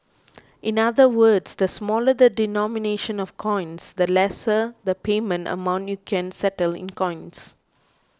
in other words the smaller the denomination of coins the lesser the payment amount you can settle in coins